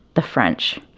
the french.